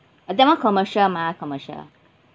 uh that one commercial mah commercial